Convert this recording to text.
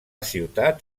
ciutat